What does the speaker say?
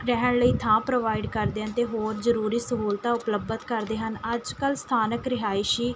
ਰਹਿਣ ਲਈ ਥਾਂ ਪ੍ਰੋਵਾਈਡ ਕਰਦੇ ਹਨ ਅਤੇ ਹੋਰ ਜ਼ਰੂਰੀ ਸਹੂਲਤਾਂ ਉਪਲਬਧ ਕਰਦੇ ਹਨ ਅੱਜ ਕੱਲ੍ਹ ਸਥਾਨਕ ਰਿਹਾਇਸ਼ੀ